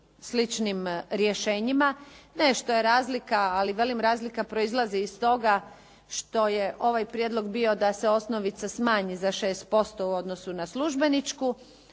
sličnim rješenjima, nešto je razlika, ali velim razlika proizlazi iz toga što je ovaj prijedlog bio da se osnovica smanji za 6% u odnosu na službeničku,